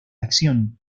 acción